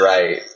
Right